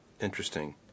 Interesting